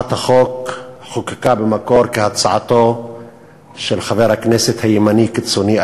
הצעת החוק חוקקה במקור כהצעתו של חבר כנסת ימני קיצוני,